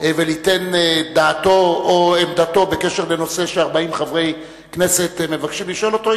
וליתן דעתו או עמדתו בקשר לנושא ש-40 חברי הכנסת מבקשים לשאול אותו,